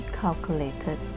calculated